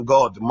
God